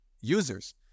users